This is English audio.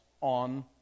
on